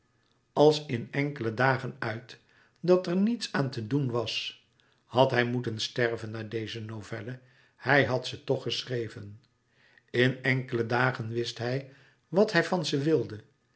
als in enkele dagen uit dat er niets aan te doen was had hij moeten sterven na deze novelle hij had ze toch geschreven in enkele dagen wist hij wat hij van ze wilde